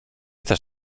też